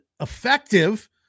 effective